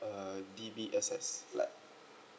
uh D_B_S_S flat